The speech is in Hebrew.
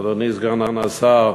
אדוני סגן השר,